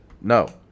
No